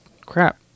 Crap